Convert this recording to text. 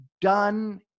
done